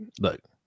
look